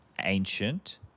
Ancient